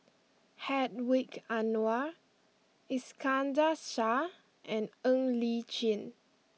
Hedwig Anuar Iskandar Shah and Ng Li Chin